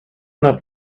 not